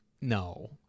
no